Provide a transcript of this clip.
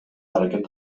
аракет